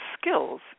skills